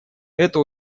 это